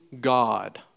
God